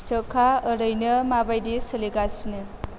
स्टकआ ओरैनो मा बायदि सोलिगासिनो